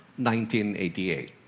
1988